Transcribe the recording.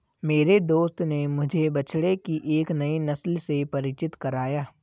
मेरे दोस्त ने मुझे बछड़े की एक नई नस्ल से परिचित कराया